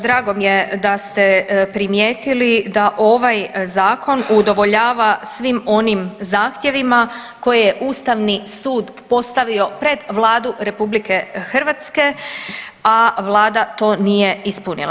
Drago mi je da ste primijetili da ovaj zakon udovoljava svim onim zahtjevima koje je ustavni sud postavio pred Vladu RH, a vlada to nije ispunila.